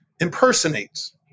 impersonates